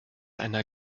einer